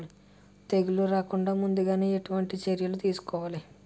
తెగుళ్ల రాకుండ ముందుగానే ఎటువంటి చర్యలు తీసుకోవాలి?